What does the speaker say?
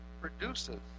produces